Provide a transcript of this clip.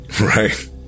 Right